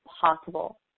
possible